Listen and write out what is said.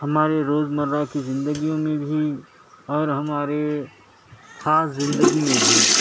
ہمارے روزمرہ کی زندگی میں بھی اور ہمارے خاص زندگی میں بھی